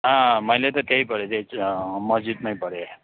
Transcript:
अँ मैले त त्यहीँ पढेँ त्यहीँ मस्जिदमै पढेँ